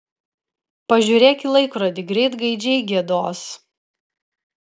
pažiūrėk į laikrodį greit gaidžiai giedos